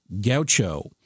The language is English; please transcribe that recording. gaucho